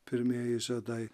pirmieji žiedai